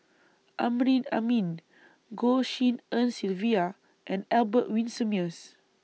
Amrin Amin Goh Tshin En Sylvia and Albert Winsemius